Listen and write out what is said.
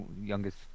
Youngest